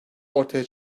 ortaya